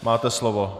Máte slovo.